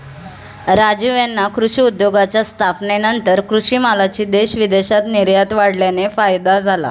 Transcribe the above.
राजीव यांना कृषी उद्योगाच्या स्थापनेनंतर कृषी मालाची देश विदेशात निर्यात वाढल्याने फायदा झाला